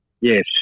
yes